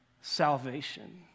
salvation